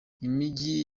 imijyi